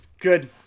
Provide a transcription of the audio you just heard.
Good